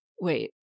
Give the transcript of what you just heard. Wait